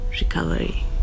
recovery